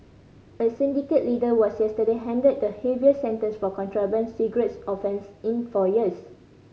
a syndicate leader was yesterday handed the heaviest sentence for contraband cigarette offence in four years